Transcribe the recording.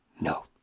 No